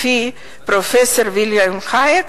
לפי פרופסור פון הייק,